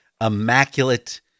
immaculate